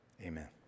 Amen